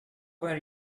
where